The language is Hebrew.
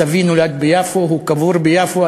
סבי נולד ביפו, הוא קבור ביפו.